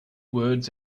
words